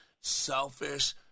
Selfish